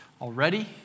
already